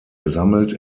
gesammelt